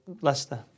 Leicester